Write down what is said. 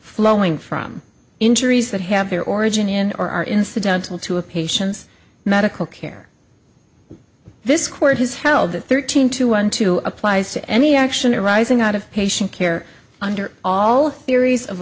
flowing from injuries that have their origin in or are incidental to a patients medical care this court has held that thirteen to one to applies to any action arising out of patient care under all theories of